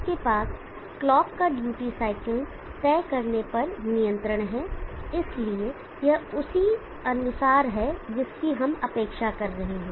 आपके पास क्लॉक का ड्यूटी साइकिल तय करने पर नियंत्रण है इसलिए यह उसी के अनुसार है जिसकी हम अपेक्षा कर रहे हैं